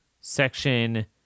Section